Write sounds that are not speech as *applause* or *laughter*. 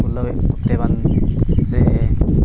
*unintelligible* ᱥᱮ